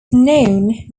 known